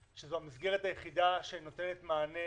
שזו המסגרת היחידה שנותנת מענה